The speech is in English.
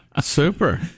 Super